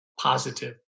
positive